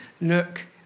look